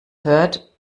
hört